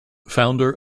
founder